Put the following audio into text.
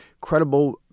credible